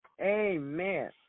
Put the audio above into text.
Amen